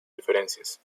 diferencias